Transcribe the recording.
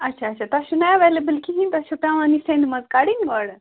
اچھا اچھا تۄہہِ چھُنہٕ ایویلیبٕل کِہیٖنۍ تۄہہِ چھُ پیٚوان یِہ سِیَنٛدِ منٛز کَڑٕنۍ گۄڈٕ